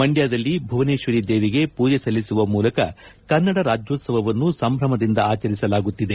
ಮಂಡ್ಲದಲ್ಲಿ ಭುವನೇತ್ವರಿ ದೇವಿಗೆ ಪೂಜೆ ಸಲ್ಲಿಸುವ ಮೂಲಕ ಕನ್ನಡ ರಾಜ್ಲೋತ್ವವನ್ನು ಸಂಭ್ರಮದಿಂದ ಆಚರಿಸಲಾಗುತ್ತಿದೆ